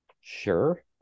sure